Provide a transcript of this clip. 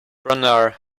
branagh